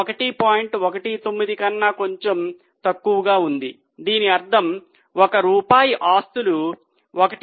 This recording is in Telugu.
19 కన్నా కొంచెం తక్కువగా ఉంది దీని అర్థం ఒక రూపాయి ఆస్తులు 1